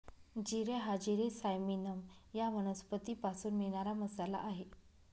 जिरे हा जिरे सायमिनम या वनस्पतीपासून मिळणारा मसाला आहे